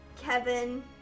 Kevin